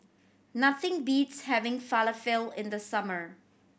nothing beats having Falafel in the summer